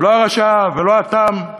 לא הרשע, ולא התם,